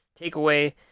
takeaway